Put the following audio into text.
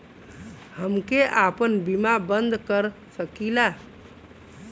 हमके आपन बीमा बन्द कर सकीला?